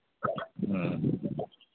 ꯎꯝ